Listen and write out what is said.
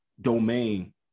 domain